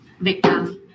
Victim